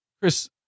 Chris